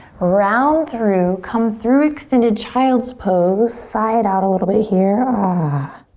round through, come through extended child's pose. sigh it out a little bit here. ah!